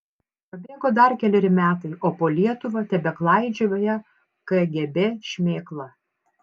prabėgo dar keleri metai o po lietuvą tebeklaidžioja kgb šmėkla